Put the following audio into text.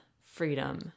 freedom